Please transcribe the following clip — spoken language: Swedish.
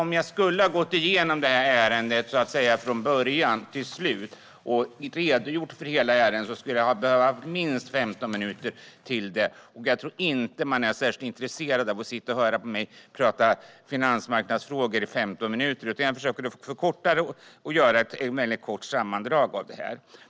Om jag skulle ha gått igenom detta ärende från början till slut och redogjort för hela ärendet skulle jag ha behövt minst 15 minuter, och jag tror inte att man är särskilt intresserad av att sitta och höra på när jag pratar om finansmarknadsfrågor i 15 minuter. Jag försöker att förkorta och göra ett väldigt kort sammandrag av detta.